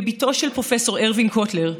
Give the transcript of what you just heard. כבתו של פרופ' ארווין קוטלר,